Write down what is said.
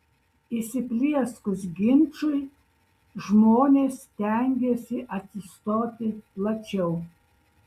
įsiplieskus ginčui žmonės stengiasi atsistoti plačiau